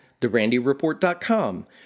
therandyreport.com